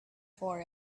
for